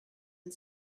and